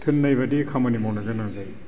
थिननायबादि खामानि मावनो गोनां जायो